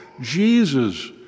Jesus